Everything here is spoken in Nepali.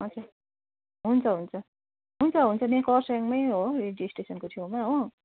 हुन्छ हुन्छ हुन्छ हुन्छ हुन्छ यहाँ कर्स्याङमै हो रेडियो स्टेसनको छेउमा हो